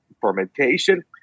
fermentation